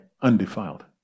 undefiled